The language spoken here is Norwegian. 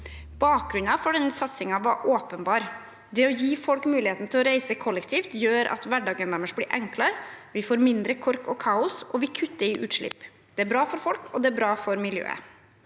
Bakgrunnen for denne satsingen var åpenbar: Det å gi folk muligheten til å reise kollektivt gjør at hverdagen deres blir enklere. Vi får mindre kork og kaos, og vi kutter i utslipp. Det er bra for folk, og det er bra for miljøet.